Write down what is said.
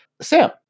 Sam